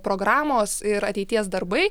programos ir ateities darbai